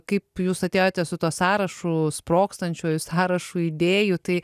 kaip jūs atėjote su tuo sąrašu sprogstančiųjų sąrašu idėjų tai